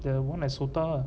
the one at S_O_T_A lah